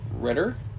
Ritter